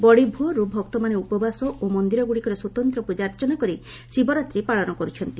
ବଡ଼ି ଭୋରୁ ଭକ୍ତମାନେ ଉପବାସ ଓ ମନ୍ଦିରଗୁଡ଼ିକରେ ସ୍ୱତନ୍ତ୍ର ପୂଜାର୍ଚ୍ଚନା କରି ଶିବରାତ୍ରୀ ପାଳନ କରୁଛନ୍ତି